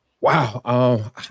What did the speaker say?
Wow